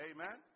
Amen